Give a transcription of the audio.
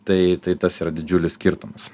tai tai tas yra didžiulis skirtumas